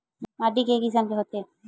माटी के किसम के होथे?